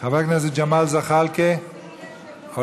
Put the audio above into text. חבר הכנסת ג'מאל זחאלקה, עולה?